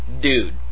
dude